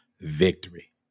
victory